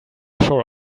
sure